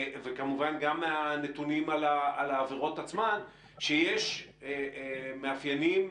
וכמובן גם מהנתונים על העבירות עצמן שיש מאפיינים,